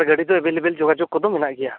ᱟᱨ ᱜᱟᱹᱰᱤ ᱫᱚ ᱟᱵᱮᱞᱮᱵᱮᱞ ᱡᱚᱜᱟᱡᱳᱜᱽ ᱠᱚᱫᱚ ᱢᱮᱱᱟᱜ ᱜᱮᱭᱟ